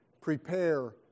Prepare